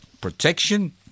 protection